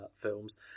films